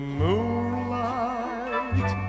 moonlight